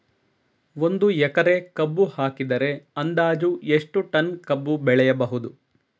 ಒಂದು ಎಕರೆ ಕಬ್ಬು ಹಾಕಿದರೆ ಅಂದಾಜು ಎಷ್ಟು ಟನ್ ಕಬ್ಬು ಬೆಳೆಯಬಹುದು?